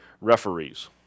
referees